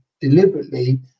deliberately